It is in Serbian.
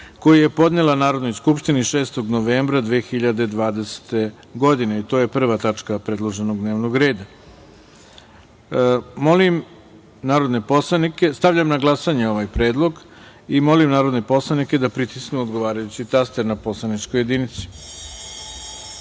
koji je podnela Narodnoj skupštini 6. novembra 2020. godine. To je prva tačka predloženog dnevnog reda. Stavljam na glasanje ovaj predlog i molim narodne poslanike da pritisnu odgovarajući taster na poslaničkoj